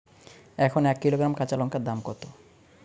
এখন এক কিলোগ্রাম কাঁচা লঙ্কার দাম কত?